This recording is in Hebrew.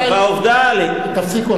העובדה, תפסיקו.